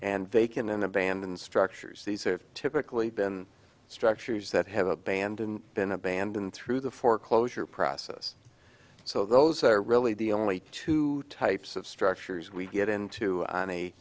vacant in abandoned structures these are typically been structures that have abandoned been abandoned through the foreclosure process so those are really the only two types of structures we get into on a